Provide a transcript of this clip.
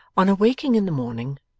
on awaking in the morning,